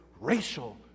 racial